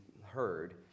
heard